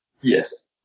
Yes